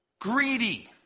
Greedy